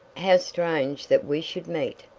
how strange that we should meet.